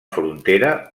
frontera